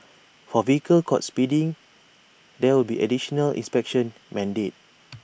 for vehicles caught speeding there will be additional inspections mandated